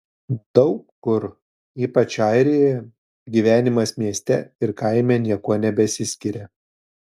daug kur ypač airijoje gyvenimas mieste ir kaime niekuo nebesiskiria